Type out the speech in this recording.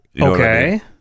Okay